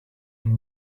een